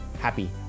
happy